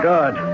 Good